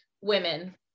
women